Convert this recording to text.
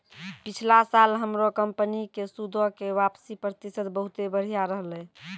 पिछला साल हमरो कंपनी के सूदो के वापसी प्रतिशत बहुते बढ़िया रहलै